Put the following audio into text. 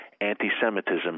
anti-Semitism